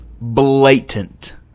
Blatant